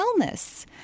wellness